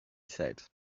said